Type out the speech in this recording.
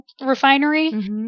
refinery